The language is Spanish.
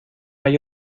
hay